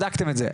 האם בדקתם את זה?